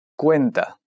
Cuenta